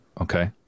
Okay